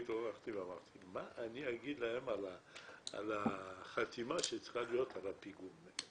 התעוררתי ואמרתי: מה אני אגיד להם על החתימה שצריכה להיות על הפיגומים?